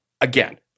again